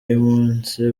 y’umunsi